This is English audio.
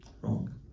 wrong